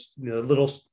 little